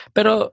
Pero